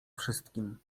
wszystkim